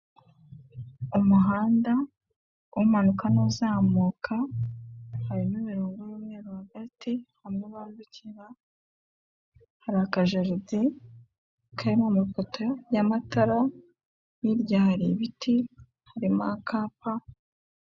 Umuhanda umanuka n'uzamuka harimo imurongo y'umweru hagati hamwe bambukira, hari akajaride karimo amapoto y'amatara, hirya hari ibiti, harimo akapa.